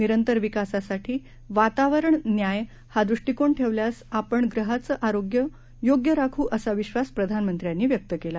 निरंतर विकासासाठी वातावरण न्याय हा दृष्टीकोन ठेवल्यास आपण ग्रहांचं आरोग्य योग्य राखू असा विश्वास प्रधानमंत्र्यांनी व्यक्त केला